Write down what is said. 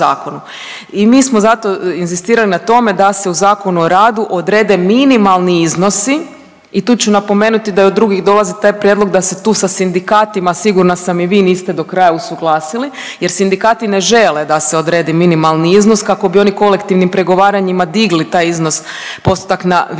i mi smo zato inzistirali na tome da se u Zakonu o radu odrede minimalni iznosi i tu ću napomenuti da i od drugih dolazi taj prijedlog da se tu sa sindikatima sigurna sam i vi niste do kraja usuglasili jer sindikati ne žele da se odredi minimalni iznos kako bi oni kolektivnim pregovaranjima digli taj iznos, postotak na viši